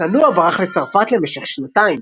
צנוע ברח לצרפת למשך שנתיים.